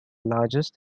largest